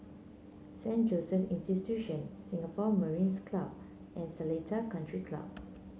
Saint Joseph Institution Singapore Mariners' Club and Seletar Country Club